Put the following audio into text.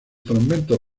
fragmentos